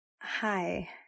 Hi